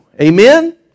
amen